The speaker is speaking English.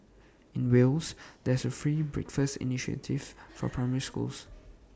in Wales there is A free breakfast initiative for primary schools